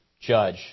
judge